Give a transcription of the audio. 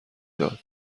داد